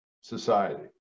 society